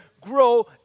grow